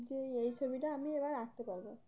যে এই ছবি টা আমি এবার আঁকতে পারবো